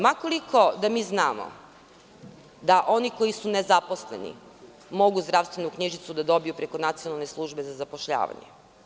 Ma koliko da mi znamo da oni koji su nezaposleni mogu zdravstvenu knjižicu da dobiju preko Nacionalne službe za zapošljavanje.